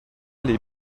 les